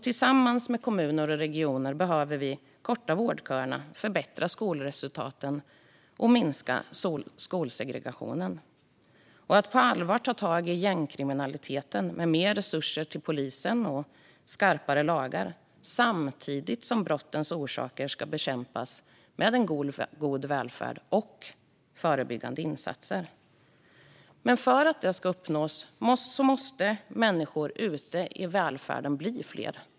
Tillsammans med kommuner och regioner behöver vi korta vårdköerna, förbättra skolresultaten och minska skolsegregationen. Vi behöver på allvar ta tag i gängkriminaliteten med mer resurser till polisen och skarpare lagar samtidigt som brottens orsaker ska bekämpas med en god välfärd och förebyggande insatser. Men för att det ska uppnås måste människorna ute i välfärden bli fler.